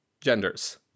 genders